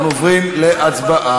אנחנו עוברים להצבעה.